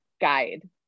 guide